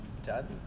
done